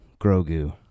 Grogu